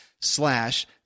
slash